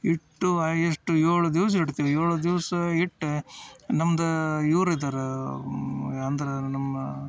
ಇಟ್ಟು ಆ ಎಷ್ಟು ಏಳು ದಿವ್ಸ ಇಡ್ತೀವಿ ಏಳು ದಿವ್ಸ ಇಟ್ಟು ನಮ್ದು ಇವ್ರು ಇದ್ದಾರ ಅಂದ್ರೆ ನಮ್ಮ